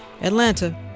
Atlanta